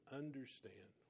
understand